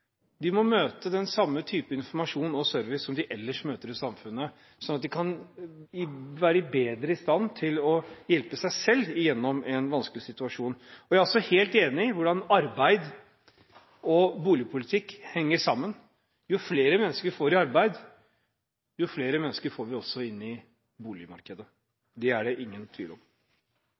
De må møte den samme type informasjon og service som de møter ellers i samfunnet, så de kan være bedre i stand til å hjelpe seg selv gjennom en vanskelig situasjon. Jeg er også helt enig i at arbeid og boligpolitikk henger sammen. Jo flere mennesker vi får i arbeid, jo flere mennesker får vi også inn i boligmarkedet. Det er det ingen tvil om.